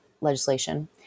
legislation